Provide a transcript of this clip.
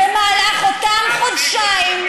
במהלך אותם חודשיים,